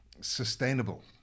sustainable